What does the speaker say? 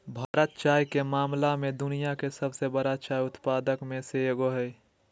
भारत चाय के मामला में दुनिया के सबसे बरा चाय उत्पादक में से एगो हइ